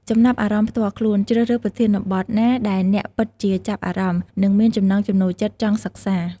ចំណាប់អារម្មណ៍ផ្ទាល់ខ្លួន ជ្រើសរើសប្រធានបទណាដែលអ្នកពិតជាចាប់អារម្មណ៍ និងមានចំណង់ចំណូលចិត្តចង់សិក្សា។